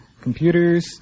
computers